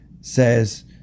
says